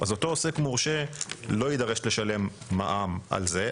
אז אותו עוסק מורשה לא יידרש לשלם מע"מ על זה.